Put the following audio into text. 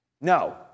No